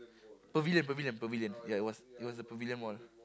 Pavilion Pavilion Pavilion ya it was it was the Pavilion-Mall